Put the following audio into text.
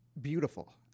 beautiful